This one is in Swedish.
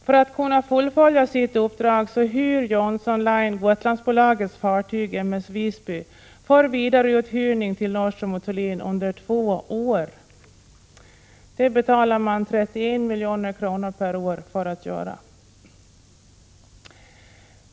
För att kunna fullfölja sitt uppdrag hyr Johnson Line Gotlandsbolagets fartyg M/S Visby, för vidare uthyrning till Nordström & Thulin under två år. Det betalar man 31 milj.kr. för att göra.